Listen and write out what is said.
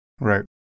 Right